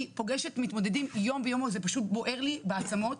אני פוגשת מתמודדים יום ביומו זה פשוט בוער לי בעצמות,